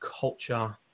culture